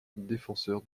défenseur